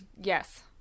Yes